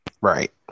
right